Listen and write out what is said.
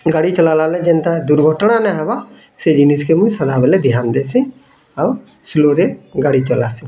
ଗାଡ଼ି ଚଲାଲା ବେଳେ ଯେନ୍ତା ଦୁର୍ଘଟଣା ନାଇଁ ହବା ସେଇ ଜିନିଷ୍ କେ ମୁଇଁ ସଦାବେଲେ ଧ୍ୟାନ୍ ଦେସି ଆଉ ସ୍ଲୋରେ ଗାଡ଼ି ଚଲାସି